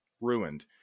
ruined